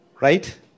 Right